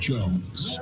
Jones